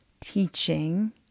teaching